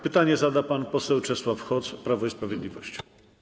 Pytanie zada pan poseł Czesław Hoc, Prawo i Sprawiedliwość.